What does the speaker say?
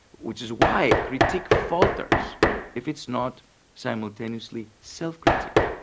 which is why critique falters if it's not simultaneously self-critique.